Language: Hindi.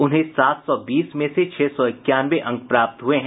उन्हें सात सौ बीस में से छह सौ इक्यानवे अंक प्राप्त हुए हैं